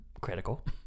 critical